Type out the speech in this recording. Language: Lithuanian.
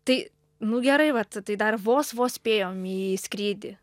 tai nu gerai vat tai dar vos vos spėjom į skrydį